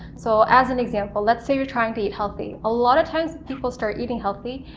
so as an example let's say you're trying to eat healthy a lot of times people start eating healthy,